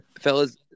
Fellas